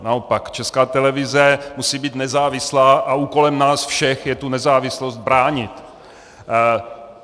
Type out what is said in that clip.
Naopak, Česká televize musí být nezávislá a úkolem nás všech je tu nezávislost bránit.